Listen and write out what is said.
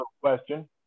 question